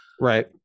right